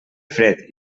fred